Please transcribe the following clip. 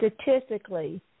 statistically